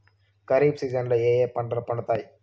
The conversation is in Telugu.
ఖరీఫ్ సీజన్లలో ఏ ఏ పంటలు పండుతాయి